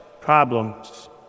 problems